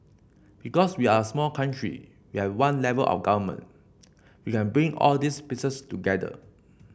because we're a small country we have one level of government we can bring all these pieces together